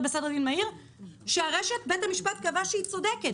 בסדר דין מהיר שבית המשפט קבע בהן שהרשת צודקת.